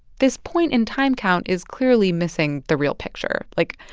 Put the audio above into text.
this point-in-time count is clearly missing the real picture. like,